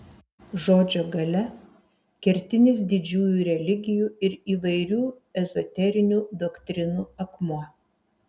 žodžio galia kertinis didžiųjų religijų ir įvairių ezoterinių doktrinų akmuo